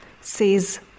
says